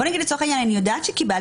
אבל נגיד לצורך העניין שאני יודעת שקיבלתי